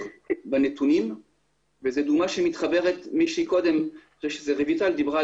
בנתונים וזו דוגמה שמתחברת למה שקודם רויטל דיברה,